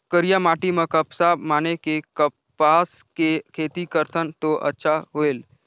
करिया माटी म कपसा माने कि कपास के खेती करथन तो अच्छा होयल?